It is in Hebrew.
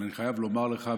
אבל אני חייב לומר לך,